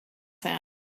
sands